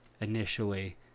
initially